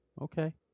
Okay